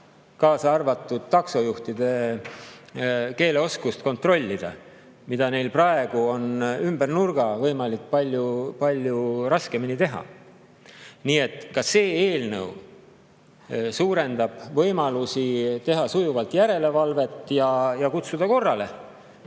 kaasa arvatud taksojuhtide keeleoskust kontrollida, mida neil praegu on ümber nurga palju raskem teha. Nii et ka see eelnõu suurendab võimalusi teha sujuvalt järelevalvet ja kutsuda korrale